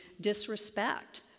disrespect